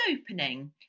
opening